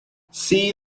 see